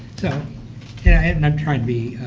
so, yeah i'm not trying to be,